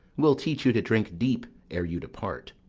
we'll teach you to drink deep ere you depart.